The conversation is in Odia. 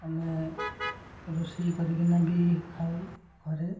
ଆମେ ରୋଷେଇ କରିକିନା ବି ଖାଉ ଘରେ